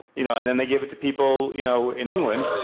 you know. and then they give it to people you know in england,